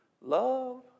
Love